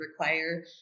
require